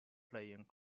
playing